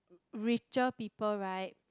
richer people right